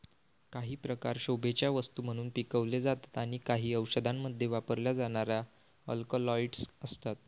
काही प्रकार शोभेच्या वस्तू म्हणून पिकवले जातात आणि काही औषधांमध्ये वापरल्या जाणाऱ्या अल्कलॉइड्स असतात